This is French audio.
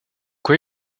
quoi